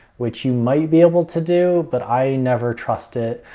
which you might be able to do, but i never trust it.